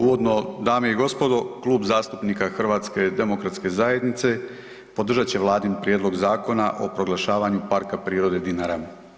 Uvodno dame i gospodo, Klub zastupnika HDZ-a podržat će vladin Prijedlog zakona o proglašenju Parka prirode „Dinara“